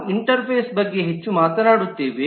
ನಾವು ಇಂಟರ್ಫೇಸ್ ಬಗ್ಗೆ ಹೆಚ್ಚು ಮಾತನಾಡುತ್ತೇವೆ